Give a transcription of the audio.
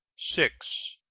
six.